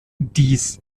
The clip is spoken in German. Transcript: dies